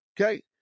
okay